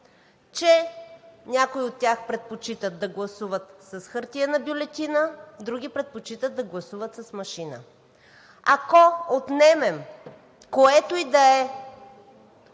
че някои от тях предпочитат да гласуват с хартиена бюлетина, други предпочитат да гласуват с машина. Ако отнемем което и да е